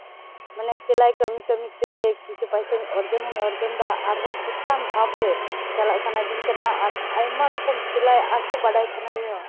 ᱢᱟᱱᱮ ᱥᱮᱞᱟᱭ ᱠᱟᱹᱢᱤ ᱠᱟᱹᱢᱤ ᱛᱮ ᱠᱤᱪᱷᱩ ᱯᱚᱭᱥᱟᱧ ᱚᱨᱡᱚᱱ ᱦᱚᱧ ᱚᱨᱡᱚᱱᱫᱟ ᱟᱨᱦᱚᱸ ᱪᱮᱛᱟᱱ ᱫᱷᱟᱯ ᱨᱮ ᱪᱟᱞᱟᱜ ᱥᱟᱱᱟᱭᱤᱫᱤᱧ ᱠᱟᱱᱟ ᱟᱨ ᱟᱭᱢᱟ ᱨᱚᱠᱚᱢ ᱥᱮᱞᱟᱭ ᱟᱨᱦᱚᱸ ᱵᱟᱰᱟᱭ ᱥᱟᱱᱟᱧᱟ